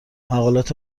مقالات